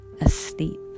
asleep